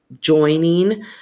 joining